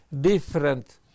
different